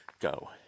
go